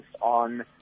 on